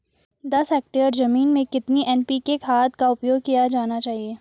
दस हेक्टेयर जमीन में कितनी एन.पी.के खाद का उपयोग किया जाना चाहिए?